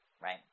Right